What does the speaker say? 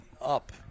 up